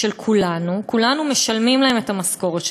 של כולנו, כולנו משלמים להם את המשכורת שלהם,